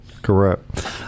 correct